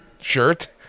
shirt